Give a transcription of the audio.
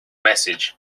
message